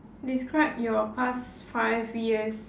describe your past five years